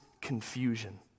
confusion